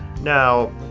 Now